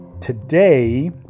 today